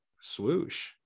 swoosh